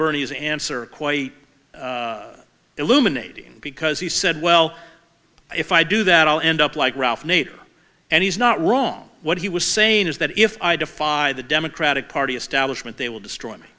bernie's answer quite illuminating because he said well if i do that i'll end up like ralph nader and he's not wrong what he was saying is that if i defy the democratic party establishment they will destroy me